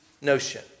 notion